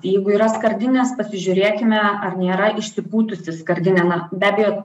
jeigu yra skardinės pasižiūrėkime ar nėra išsipūtusi skardinė na be abejo